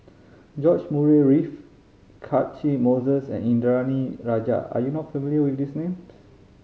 George Murray Reith Catchick Moses and Indranee Rajah are you not familiar with these names